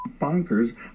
bonkers